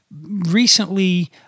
recently